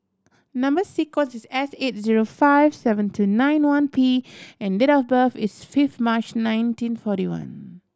number sequence is S eight zero five seven two nine one P and date of birth is fifth March nineteen forty one